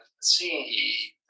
see